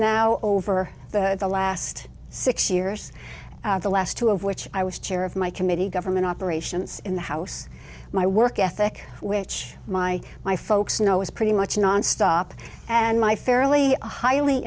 now over the last six years the last two of which i was chair of my committee government operations in the house my work ethic which my my folks know is pretty much nonstop and my fairly highly